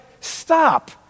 stop